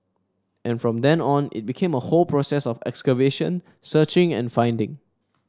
and from then on it became a whole process of excavation searching and finding